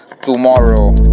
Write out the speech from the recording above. tomorrow